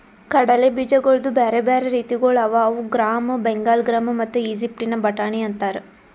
ಕಡಲೆ ಬೀಜಗೊಳ್ದು ಬ್ಯಾರೆ ಬ್ಯಾರೆ ರೀತಿಗೊಳ್ ಅವಾ ಅವು ಗ್ರಾಮ್, ಬೆಂಗಾಲ್ ಗ್ರಾಮ್ ಮತ್ತ ಈಜಿಪ್ಟಿನ ಬಟಾಣಿ ಅಂತಾರ್